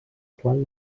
qual